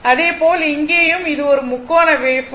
இதே போல் இங்கேயும் இது ஒரு முக்கோண வேவ்பார்ம்